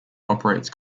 operates